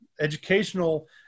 educational